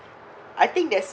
I think that's